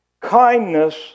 kindness